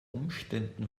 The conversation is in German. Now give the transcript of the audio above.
umständen